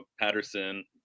Patterson